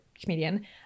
comedian